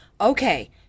okay